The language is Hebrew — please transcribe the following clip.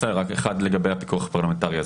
לגבי הפיקוח הפרלמנטרי,